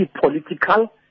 political